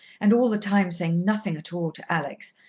and all the time saying nothing at all to alex,